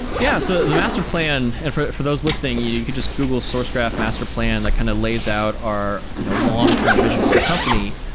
yeah. so the master plan and for for those listing, you you could just google sourcegraph master plan, that kind of lays out our you know long-term vision for the company.